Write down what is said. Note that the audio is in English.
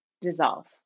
dissolve